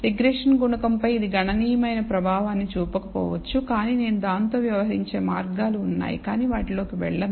regression గుణకం పై ఇది గణనీయమైన ప్రభావాన్ని చూపకపోవచ్చు కానీ నేను దాంతో వ్యవహరించే మార్గాలు ఉన్నాయి కానీ వాటిలోకి నేను వెళ్ళను